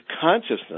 consciousness